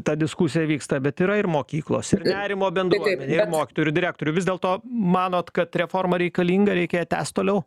ta diskusija vyksta bet yra ir mokyklos ie nerimo bendruomenėj ir mokytojų direktorių vis dėlto manot kad reforma reikalinga reikia ją tęst toliau